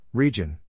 Region